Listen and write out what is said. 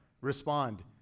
respond